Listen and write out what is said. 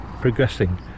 progressing